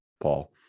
paul